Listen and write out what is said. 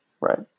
right